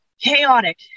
chaotic